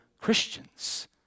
Christians